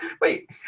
wait